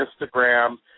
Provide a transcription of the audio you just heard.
Instagram